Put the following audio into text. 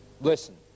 Listen